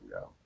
go